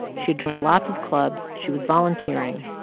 she'd joined lots of clubs. she was volunteering.